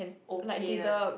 okay one